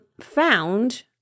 found